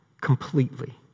completely